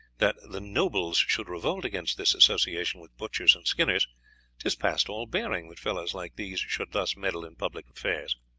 that the nobles should revolt against this association with butchers and skinners tis past all bearing that fellows like these should thus meddle in public affairs.